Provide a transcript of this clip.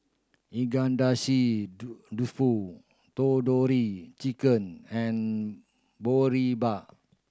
Dofu Tandoori Chicken and Boribap